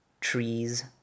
trees